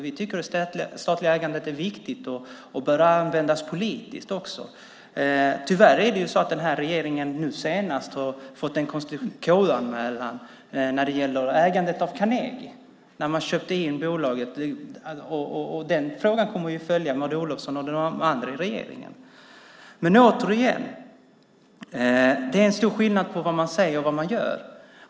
Vi tycker att det statliga ägandet är viktigt, och att det också bör användas politiskt. Tyvärr har regeringen nu fått en KU-anmälan när det gäller ägandet av Carnegie. Man köpte ju in bolaget. Den frågan kommer att följa Maud Olofsson och de andra i regeringen. Återigen: Det är stor skillnad på vad man säger och vad man gör.